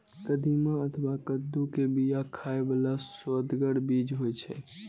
कदीमा अथवा कद्दू के बिया खाइ बला सुअदगर बीज होइ छै